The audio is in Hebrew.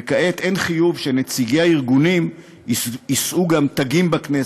וכעת אין חיוב שנציגי הארגונים יישאו גם תגים בכנסת,